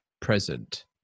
present